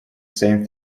same